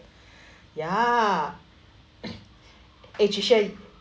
ya eh trisha